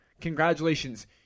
Congratulations